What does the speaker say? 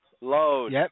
Load